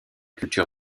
culture